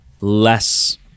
less